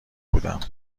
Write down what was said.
بودم